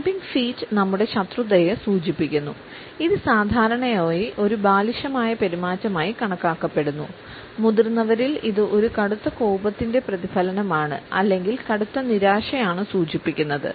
stomping feet നമ്മുടെ ശത്രുതയെ സൂചിപ്പിക്കുന്നു ഇത് സാധാരണയായി ഒരു ബാലിശമായ പെരുമാറ്റമായി കണക്കാക്കപ്പെടുന്നു മുതിർന്നവരിൽ ഇത് ഒരു കടുത്ത കോപത്തിന്റെ പ്രതിഫലനമാണ് അല്ലെങ്കിൽ കടുത്ത നിരാശയാണ് സൂചിപ്പിക്കുന്നത്